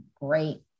great